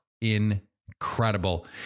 incredible